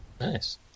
Nice